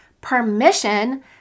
permission